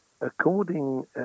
according